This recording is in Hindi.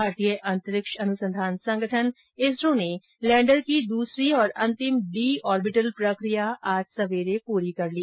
भारतीय अंतरिक्ष अनुसंधान संगठन इसरो ने लैंडर की दूसरी और अंतिम डी ऑर्बिटल प्रक्रिया आज सवेरे प्री कर ली